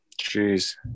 Jeez